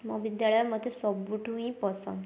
ମୋ ବିଦ୍ୟାଳୟ ମତେ ସବୁଠୁ ହିଁ ପସନ୍ଦ